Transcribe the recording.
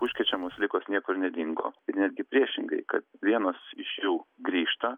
užkrečiamos ligos niekur nedingo ir netgi priešingai kad vienos iš jų grįžta